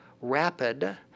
rapid